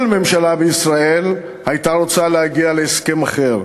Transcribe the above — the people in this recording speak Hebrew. כל ממשלה בישראל הייתה רוצה להגיע להסכם אחר,